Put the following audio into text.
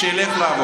מי נכנס שלא היה?